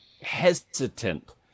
hesitant